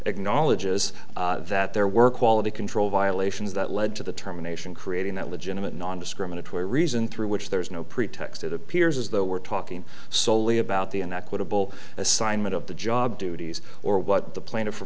acknowledges that there were quality control violations that led to the terminations creating that legitimate nondiscriminatory reason through which there is no pretext it appears as though we're talking solely about the inequitable assignment of the job duties or what the pla